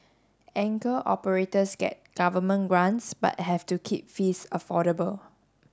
anchor operators get government grants but have to keep fees affordable